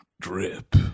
drip